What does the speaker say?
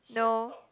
no